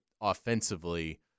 offensively